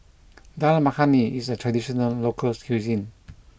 Dal Makhani is a traditional local cuisine